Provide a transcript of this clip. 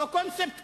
אותו קונספט כלכלי.